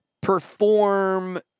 perform